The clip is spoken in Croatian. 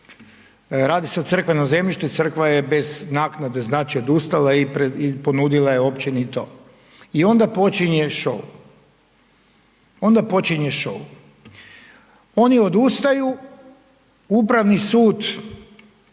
radi se o crkvenom zemljištu i Crkva je bez naknade, znači odustala i ponudila je Općini to, i onda počinje show, onda počinje show.